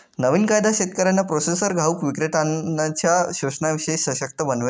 नवीन कायदा शेतकऱ्यांना प्रोसेसर घाऊक विक्रेत्त्यांनच्या शोषणाशिवाय सशक्त बनवेल